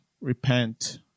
repent